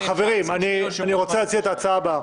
חברים, אני רוצה להציע את ההצעה הבאה: